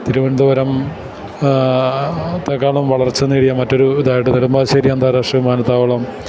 തിരുവനന്തപുരം ത്തെക്കാളും വളർച്ച നേടിയ മറ്റൊരു ഇതായിട്ട് നെടുമ്പാശ്ശേരി അന്താരാഷ്ട്ര വിമാനത്താവളം